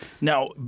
now